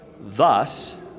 thus